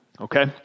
Okay